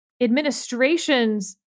administration's